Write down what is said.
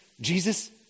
Jesus